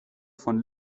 von